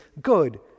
good